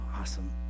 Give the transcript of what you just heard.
awesome